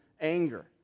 anger